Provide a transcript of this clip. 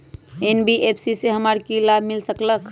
NBFC से हमार की की लाभ मिल सक?